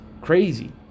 Crazy